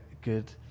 good